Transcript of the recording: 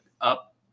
up